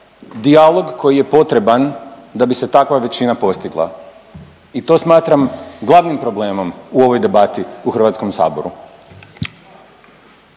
dijalog koji je potreban da bi se takva većina postigla. I to smatram glavnim problemom u ovoj debati u Hrvatskom saboru.